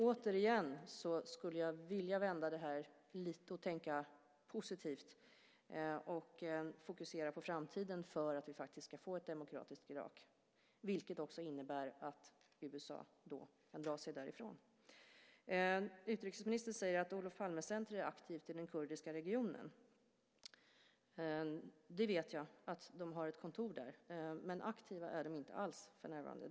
Återigen skulle jag emellertid vilja vända på det hela lite grann, tänka positivt och fokusera på framtiden för att vi ska kunna få ett demokratiskt Irak. Det innebär att USA då också kan dra sig därifrån. Utrikesministern säger att Olof Palme-centrumet är aktivt i den kurdiska regionen. Jag vet att de har ett kontor där, men aktiva är de inte alls för närvarande.